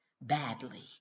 badly